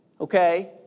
okay